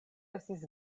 estis